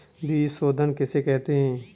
बीज शोधन किसे कहते हैं?